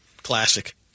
Classic